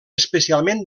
especialment